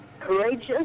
courageous